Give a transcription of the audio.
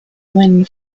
wind